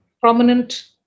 prominent